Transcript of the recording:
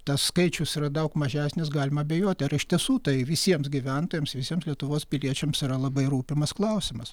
tas skaičius yra daug mažesnis galim abejoti ar iš tiesų tai visiems gyventojams visiems lietuvos piliečiams yra labai rūpimas klausimas